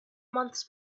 months